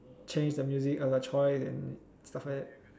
change the music as your choice and stuff like